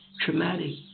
traumatic